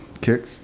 kick